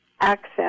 access